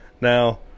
Now